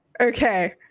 okay